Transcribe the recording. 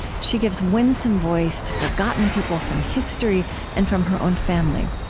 she gives winsome voice to forgotten people from history and from her own family.